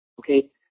okay